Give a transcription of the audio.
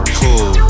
cool